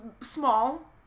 small